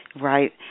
Right